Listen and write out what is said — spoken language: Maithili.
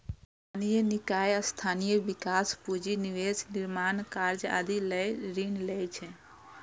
स्थानीय निकाय स्थानीय विकास, पूंजी निवेश, निर्माण कार्य आदि लए ऋण लै छै